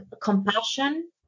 compassion